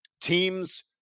teams